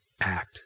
act